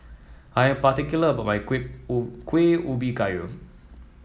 I am particular about my Kuih Ubi Kayu